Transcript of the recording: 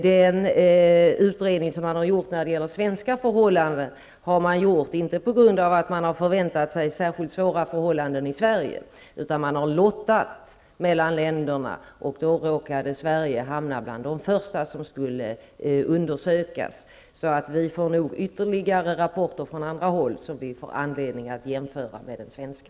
Den utredning man gjort när det gäller svenska förhållanden har inte utförts på grund av att man förväntat sig särskilt svåra förhållanden i Sverige, utan man har lottat mellan länderna, och då råkade Sverige hamna bland de första som skulle undersökas. Vi kommer nog att få ytterligare rapporter från andra håll som vi får anledning att jämföra med den svenska.